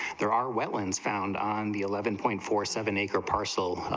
there are what ones found on the eleven point four seven acre parcel,